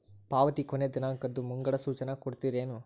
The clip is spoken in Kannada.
ಪಾವತಿ ಕೊನೆ ದಿನಾಂಕದ್ದು ಮುಂಗಡ ಸೂಚನಾ ಕೊಡ್ತೇರೇನು?